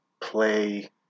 play